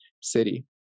city